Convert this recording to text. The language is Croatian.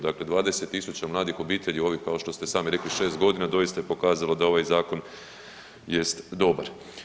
Dakle, 20 tisuća mladih obitelji u ovih, kao što ste sami rekli 6 godina, doista je pokazalo da ovaj zakon jest dobar.